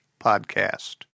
podcast